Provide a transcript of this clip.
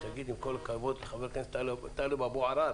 עם כל הכבוד לחבר הכנסת טלב אבו עראר